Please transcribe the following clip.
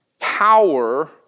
power